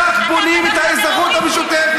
כך בונים את האזרחות המשותפת.